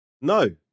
No